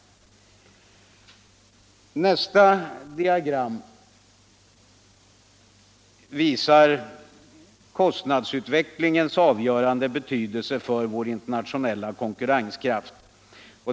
Nästa diagram visar kostnadsutvecklingens avgörande betydelse för vår internationella konkurrenskraft.